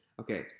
Okay